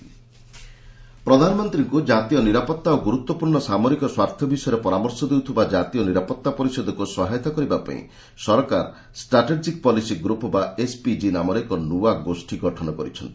ଗମେଣ୍ଟ security ଏସ୍ପିକି ପ୍ରଧାନମନ୍ତ୍ରୀଙ୍କୁ ଜାତୀୟ ନିରାପତ୍ତା ଓ ଗୁରୁତ୍ୱପୂର୍ଣ୍ଣ ସାମରିକ ସ୍ୱାର୍ଥ ବିଷୟରେ ପରାମର୍ଶ ଦେଉଥିବା ଜାତୀୟ ନିରାପତ୍ତା ପରିଷଦକୁ ସହାୟତା କରିବା ପାଇଁ ସରକାର ଷ୍ଟ୍ରାଟେଜିକ୍ ପଲିସି ଗ୍ରୁପ୍ ବା ଏସ୍ପିଜି ନାମରେ ଏକ ନୂଆ ଗୋଷ୍ଠୀ ଗଠନ କରିଛନ୍ତି